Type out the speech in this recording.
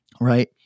Right